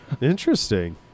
Interesting